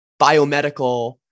biomedical